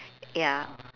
ya